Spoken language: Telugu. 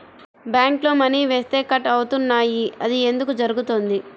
బ్యాంక్లో మని వేస్తే కట్ అవుతున్నాయి అది ఎందుకు జరుగుతోంది?